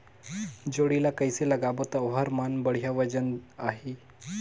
जोणी ला कइसे लगाबो ता ओहार मान वजन बेडिया आही?